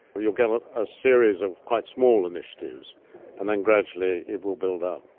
where you'll get a series of quite small initiatives and then gradually it will build up.